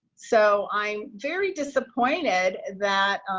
so i'm very disappointed that